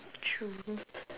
true